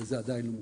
וזה עדיין לא מוכן.